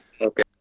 okay